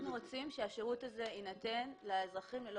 אנחנו רוצים שהשירות הזה יינתן לאזרחים ללא